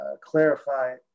clarify